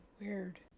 weird